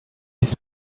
his